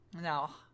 Now